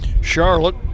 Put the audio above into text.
Charlotte